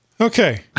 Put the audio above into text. okay